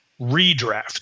redraft